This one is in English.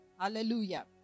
Hallelujah